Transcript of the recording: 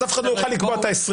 אף אחד לא יוכל לקבוע את ה-20.